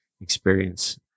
experience